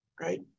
right